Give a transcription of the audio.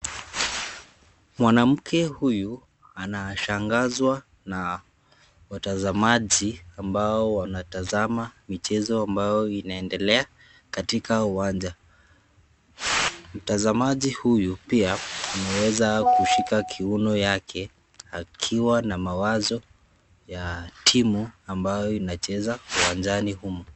Mwanamke huyu anashangaza watazamaji ambao wanatazama na mpira unaendelea uwanjani amenena.